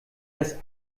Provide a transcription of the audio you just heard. das